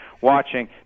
watching